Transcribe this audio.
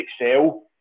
excel